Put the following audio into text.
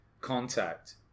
contact